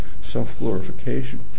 self-glorification